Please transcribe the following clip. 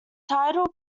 title